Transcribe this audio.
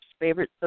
favorite